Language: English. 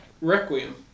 Requiem